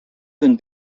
than